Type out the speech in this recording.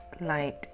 light